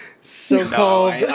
so-called